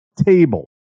table